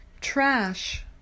Trash